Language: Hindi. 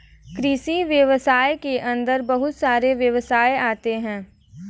कृषि व्यवसाय के अंदर बहुत सारे व्यवसाय आते है